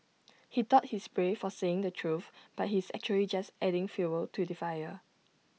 he thought he's brave for saying the truth but he's actually just adding fuel to the fire